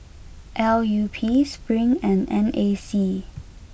L U P Spring and N A C